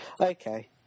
okay